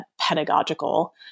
pedagogical